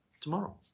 tomorrow